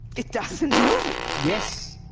it doesn't move! yes,